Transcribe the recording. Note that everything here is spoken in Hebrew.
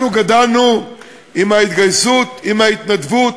אנחנו גדלנו עם ההתגייסות, עם ההתנדבות,